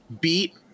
beat